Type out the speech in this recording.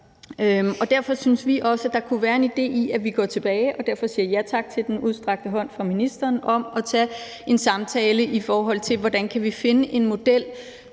Derfor synes vi også, der kunne være en idé i, at vi går tilbage – og derfor siger vi ja tak til den udstrakte hånd fra ministeren – og tager en samtale, i forhold til hvordan vi kan finde en model,